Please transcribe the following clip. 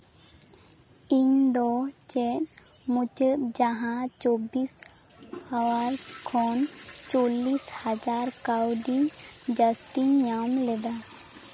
ᱤᱧᱫᱚ ᱪᱮᱫ ᱢᱩᱪᱟᱹᱫ ᱡᱟᱦᱟᱸ ᱪᱚᱵᱵᱤᱥ ᱟᱣᱟᱨ ᱠᱷᱚᱱ ᱪᱚᱞᱞᱤᱥ ᱦᱟᱡᱟᱨ ᱠᱟᱹᱣᱰᱤ ᱡᱟᱹᱥᱛᱤᱧ ᱧᱟᱢ ᱞᱮᱫᱟ